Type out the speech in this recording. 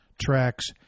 tracks